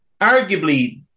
arguably